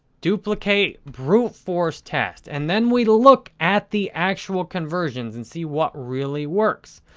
duplicate brute force test, and then we look at the actual conversions and see what really works.